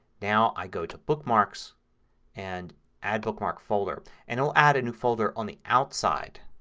now i go to bookmarks and add bookmark folder and it will add a new folder on the outside.